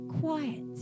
quiet